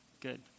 Good